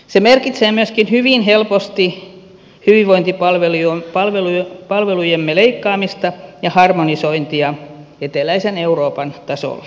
se merkitsee myöskin hyvin helposti hyvinvointipalvelujemme leikkaamista ja harmonisointia eteläisen euroopan tasolle